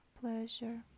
pleasure